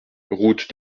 route